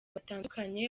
batandukanye